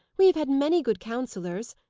we have had many good counsellors.